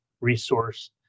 resource